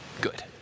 good